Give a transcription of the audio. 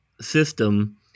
system